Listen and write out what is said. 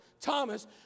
Thomas